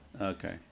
Okay